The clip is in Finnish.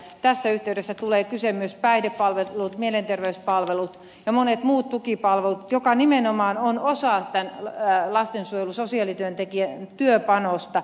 tässä yhteydessä tulevat kyseeseen myös päihdepalvelut mielenterveyspalvelut ja monet muut tukipalvelut jotka nimenomaan ovat osa tämän lastensuojelusosiaalityöntekijän työpanosta